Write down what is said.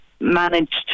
managed